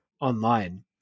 online